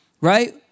right